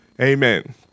Amen